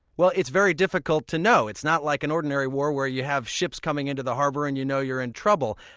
well, it's very difficult to know. it's not like an ordinary war where you have ships coming into the harbor and you know you're in trouble.